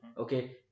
Okay